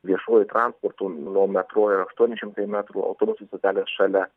viešuoju transportu nuo metro yra aštuoni šimtai metrų autobusų stotelės šalia